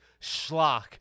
schlock